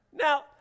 Now